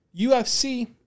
UFC